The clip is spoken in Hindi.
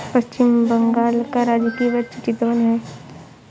पश्चिम बंगाल का राजकीय वृक्ष चितवन है